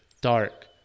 dark